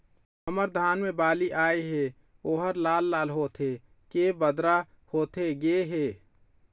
हमर धान मे बाली आए हे ओहर लाल लाल होथे के बदरा होथे गे हे?